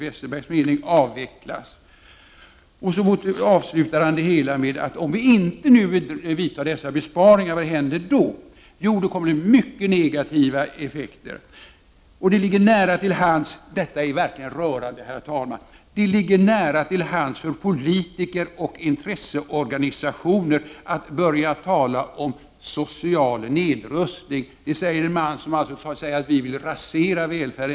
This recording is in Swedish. Det hela avslutas med att Bengt Westerberg skriver att det om vi inte vidtar besparingsåtgärderna blir mycket negativa effekter. Så här skriver han: ”Det ligger nära till hands” — och det här är verkligen rörande, herr talman — ”för politiker och intresseorganisationer att börja tala om ”social nedrustning.” Detta säger alltså en man som t.o.m. har sagt att moderaterna vill rasera välfärden.